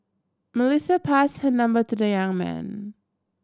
Melissa passed her number to the young man